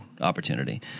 opportunity